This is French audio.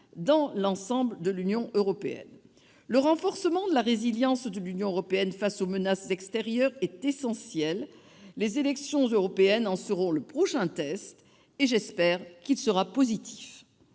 dans l'ensemble de l'Union européenne. Le renforcement de sa résilience face aux menaces extérieures est essentiel. Les élections européennes en seront le prochain test, et j'espère qu'il sera positif.